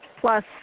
Plus